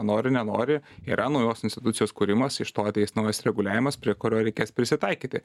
nori nenori yra naujos institucijos kūrimas iš to ateis naujas reguliavimas prie kurio reikės prisitaikyti